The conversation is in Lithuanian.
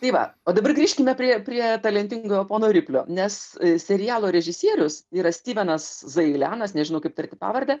tai va o dabar grįžkime prie prie talentingojo pono riplio nes serialo režisierius yra styvenas zailenas nežinau kaip tarti pavardę